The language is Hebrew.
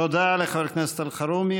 תודה לחבר הכנסת אלחרומי.